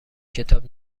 کتاب